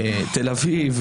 תל אביב,